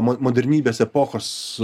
mo modernybės epochos